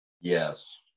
Yes